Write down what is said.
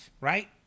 Right